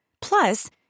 Plus